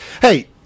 Hey